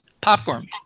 Popcorn